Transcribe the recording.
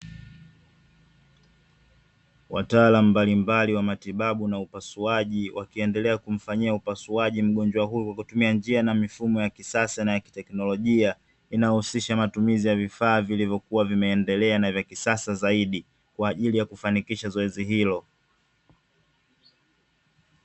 Wataalamu mbalimbali wa matibabu na upasuaji wakiendela kumfanyia upasuaji mgonjwa huyo kwa kutumia njia na mifumo ya kisasa na ya kiteknolojia, inayohusisha matumizi ya vifaa viliyokuwa vimeendelea na vya kisasa zaidi kwa ajili ya kufanikisha zoezi hilo.